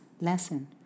lesson